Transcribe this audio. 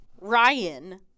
Ryan